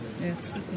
yes